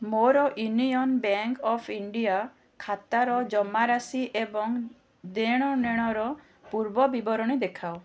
ମୋର union bank of India ଖାତାର ଜମାରାଶି ଏବଂ ଦେଣନେଣର ପୂର୍ବ ବିବରଣୀ ଦେଖାଅ